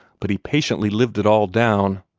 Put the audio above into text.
but he patiently lived it all down.